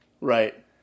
Right